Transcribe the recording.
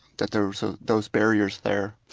that there were those barriers there.